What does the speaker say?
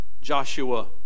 Joshua